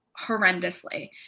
horrendously